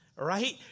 right